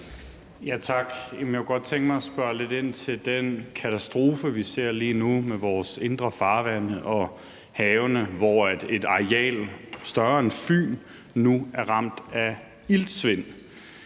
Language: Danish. Tak. Jeg kunne godt tænke mig at spørge lidt ind til den katastrofe, vi ser lige nu, med vores indre farvande og havene, hvor et areal større end Fyn nu er ramt af iltsvind